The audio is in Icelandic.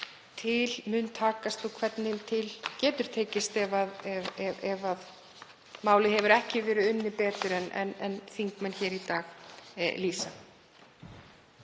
til mun takast og hvernig til getur tekist ef málið hefur ekki verið unnið betur en þingmenn lýsa hér í dag.